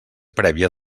prèvia